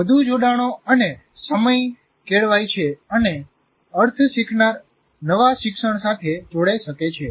વધુ જોડાણો અને સમજ કેળવાય છે અને અર્થ શીખનાર નવા શિક્ષણ સાથે જોડાઈ શકે છે